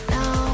Now